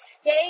stay